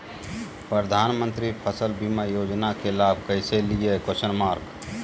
प्रधानमंत्री फसल बीमा योजना के लाभ कैसे लिये?